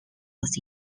was